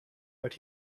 but